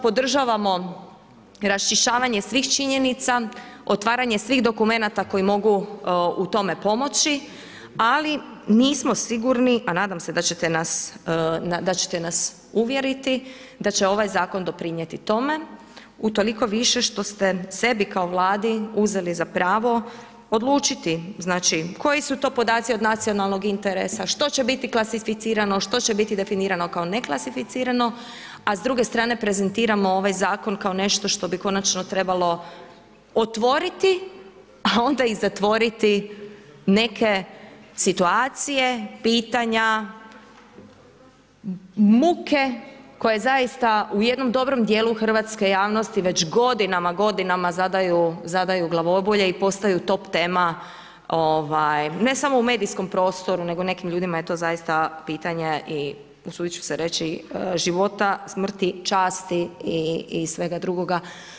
Podržavamo raščišćavanje svih činjenica, otvaranje svih dokumenata koji mogu u tome pomoći, ali nismo sigurni, a nadam se da ćete nas uvjeriti, da će ovaj zakon doprinijeti tome utoliko više što ste sebi kao Vladi uzeli za pravo odlučiti znači koji su to podaci od nacionalnog interesa, što će biti klasificirano, što će biti definirano kao neklasificirano a s druge strane prezentiramo ovaj zakon kao nešto što bi konačno trebalo otvoriti, a onda i zatvoriti neke situacije, pitanja, muke koje zaista u jednom dobrom dijelu hrvatske javnosti već godinama, godinama zadaju glavobolje i postaju top tema ne samo u medijskom prostoru, nego nekim ljudima je to zaista pitanje i usudit ću se reći života, smrti, časti i svega drugoga.